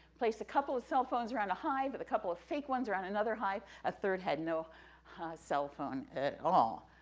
placed a couple of cell phones around a hive, but a couple of fake ones around another hive, a third had no cell phone at all.